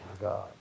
God